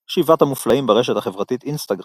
שבעת המופלאים, ברשת החברתית אינסטגרם